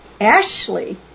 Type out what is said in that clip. Ashley